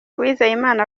uwizeyimana